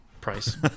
price